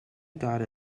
got